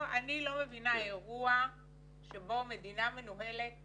אני לא מבינה אירוע שבו מדינה מנוהלת